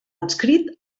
adscrit